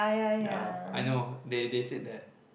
ya I know they they said that